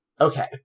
Okay